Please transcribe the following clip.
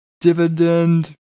dividend